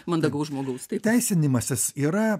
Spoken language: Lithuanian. mandagaus žmogaus teisinimasis yra